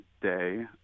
day